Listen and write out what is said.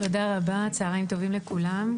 תודה רבה, צהריים טובים לכולם.